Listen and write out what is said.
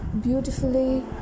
beautifully